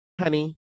honey